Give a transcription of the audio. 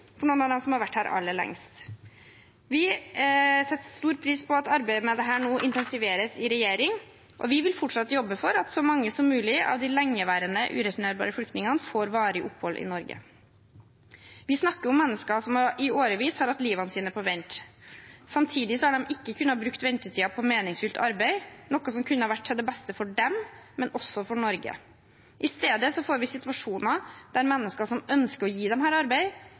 for noen av dem som har vært her aller lengst. Vi setter stor pris på at arbeidet med dette nå intensiveres i regjering. Vi vil fortsatt jobbe for at så mange som mulig av de lengeværende ureturnerbare flyktningene får varig opphold i Norge. Vi snakker om mennesker som i årevis har hatt livet sitt på vent. Samtidig har de ikke kunnet bruke ventetiden på meningsfylt arbeid, noe som kunne vært til det beste for dem og også for Norge. I stedet får vi situasjoner der mennesker som ønsker å gi dem arbeid,